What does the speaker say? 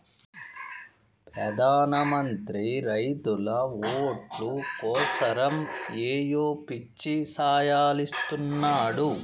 పెదాన మంత్రి రైతుల ఓట్లు కోసరమ్ ఏయో పిచ్చి సాయలిస్తున్నాడు